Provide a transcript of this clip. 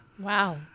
Wow